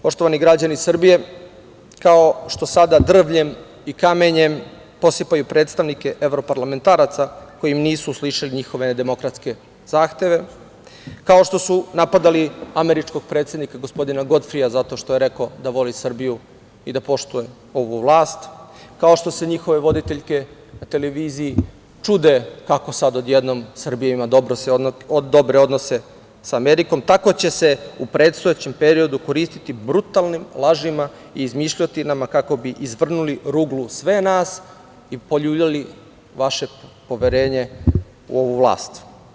Poštovani građani Srbije, kao što sada drvljem i kamenjem posipaju predstavnike evroparlamentaraca koji im nisu uslišili njihove demokratske zahteve, kao što su napadali američkog ambasadora, gospodina Godfrija, zato što je rekao da voli Srbiju i da poštuje ovu vlast, kao što se njihove voditeljke na televiziji čude kako sad odjednom Srbija ima dobre odnose sa Amerikom, tako će se u predstojećem periodu koristiti brutalnim lažima i izmišljotinama, kako bi izvrnuli ruglu sve nas i poljuljali vaše poverenje u ovu vlast.